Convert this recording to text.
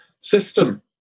system